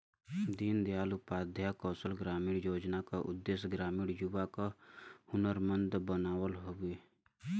दीन दयाल उपाध्याय कौशल ग्रामीण योजना क उद्देश्य ग्रामीण युवा क हुनरमंद बनावल हउवे